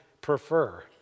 prefer